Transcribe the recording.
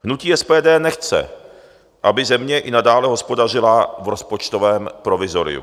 Hnutí SPD nechce, aby země i nadále hospodařila v rozpočtovém provizoriu.